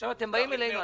עכשיו, אתם באים אלינו.